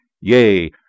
yea